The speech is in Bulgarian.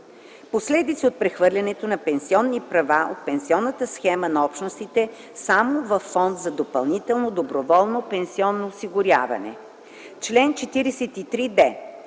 Последици от прехвърлянето на пенсионни права от пенсионната схема на Общностите само във фонд за допълнително доброволно пенсионно осигуряване. Чл. 343д.